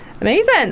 amazing